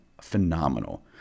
phenomenal